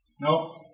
No